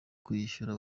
kwishyura